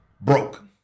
broke